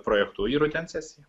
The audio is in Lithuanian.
projektu į rudens sesiją